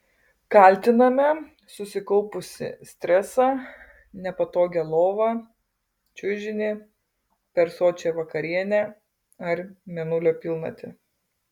kaltiname susikaupusį stresą nepatogią lovą čiužinį per sočią vakarienę ar mėnulio pilnatį